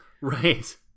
right